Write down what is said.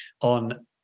on